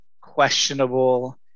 questionable